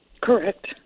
Correct